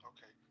Okay